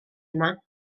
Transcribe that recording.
yma